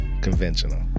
conventional